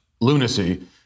lunacy